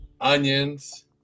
onions